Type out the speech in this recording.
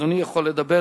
אדוני יכול לדבר.